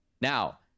now